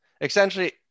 essentially